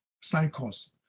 cycles